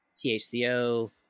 THCO